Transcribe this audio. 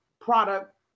product